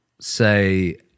say